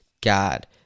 God